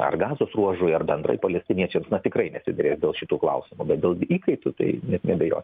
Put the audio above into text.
ar gazos ruožui ar bendrai palestiniečiams na tikrai nesiderės dėl šitų klausimų dėl įkaitų tai net neabejoju